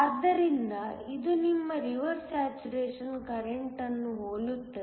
ಆದ್ದರಿಂದ ಇದು ನಿಮ್ಮ ರಿವರ್ಸ್ ಸ್ಯಾಚುರೇಶನ್ ಕರೆಂಟ್ ಅನ್ನು ಹೋಲುತ್ತದೆ